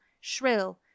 shrill